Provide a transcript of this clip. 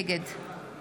נגד